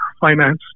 finance